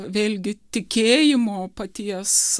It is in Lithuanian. vėlgi tikėjimo paties